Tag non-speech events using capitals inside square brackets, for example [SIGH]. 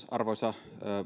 [UNINTELLIGIBLE] arvoisa